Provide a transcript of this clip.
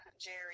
Jerry